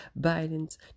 Biden's